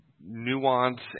nuance